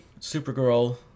Supergirl